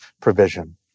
provision